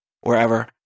wherever